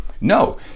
No